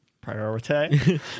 priority